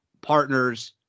partners